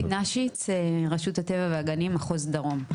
רותי נשיץ, רשות הטבע והגנים מחוז דרום.